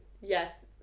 Yes